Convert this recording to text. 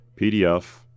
PDF